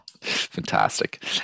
fantastic